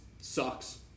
sucks